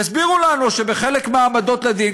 יסבירו לנו שבחלק מההעמדות לדין,